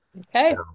Okay